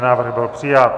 Návrh byl přijat.